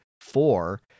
four